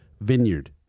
vineyard